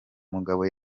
mugabo